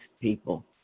people